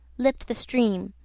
leaped the stream,